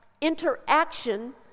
interaction